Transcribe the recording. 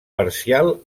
parcial